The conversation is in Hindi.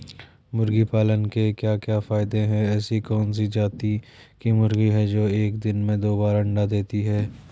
मुर्गी पालन के क्या क्या फायदे हैं ऐसी कौन सी जाती की मुर्गी है जो एक दिन में दो बार अंडा देती है?